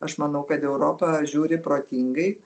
aš manau kad europa žiūri protingai